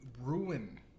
ruin